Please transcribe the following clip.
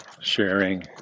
Sharing